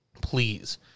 Please